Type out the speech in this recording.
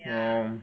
orh